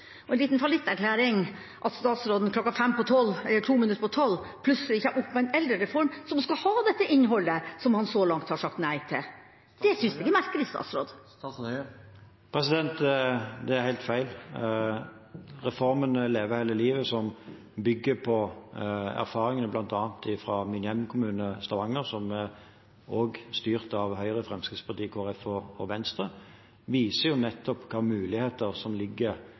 og en liten fallitterklæring at statsråden klokka fem på tolv – to minutter på tolv – plutselig ikke har oppe en eldrereform som skal ha dette innholdet som han så langt har sagt nei til? Det syns jeg er merkelig. Det er helt feil. Reformen Leve hele livet, som bygger på erfaringene fra bl.a. min hjemkommune, Stavanger, som er styrt av Høyre, Fremskrittspartiet, Kristelig Folkeparti og Venstre, viser nettopp hvilke muligheter som ligger